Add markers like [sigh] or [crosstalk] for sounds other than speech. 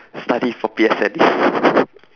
study for P_S_L_E [laughs]